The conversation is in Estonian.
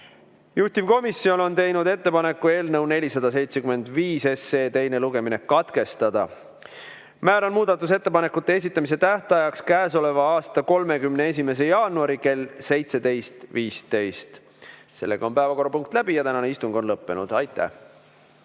Juhtivkomisjon on teinud ettepaneku eelnõu 475 teine lugemine katkestada. Määran muudatusettepanekute esitamise tähtajaks k.a 31. jaanuari kell 17.15. Päevakorrapunkt on läbi ja tänane istung on lõppenud. Aitäh,